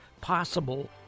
possible